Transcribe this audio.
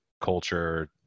culture